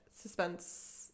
suspense